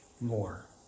more